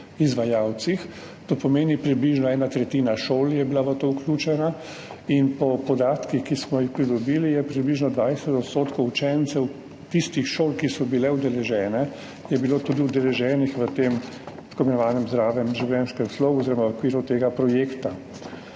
izvajalcih. To pomeni, da je bila približno ena tretjina šol v to vključena. Po podatkih, ki smo jih pridobili, je bilo približno 20 % učencev tistih šol, ki so bile udeležene, tudi udeleženih v tem tako imenovanem Zdravem življenjskem slogu oziroma v okviru tega projekta.